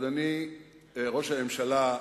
אדוני ראש הממשלה,